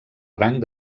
rang